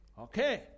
Okay